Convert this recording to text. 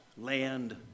land